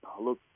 look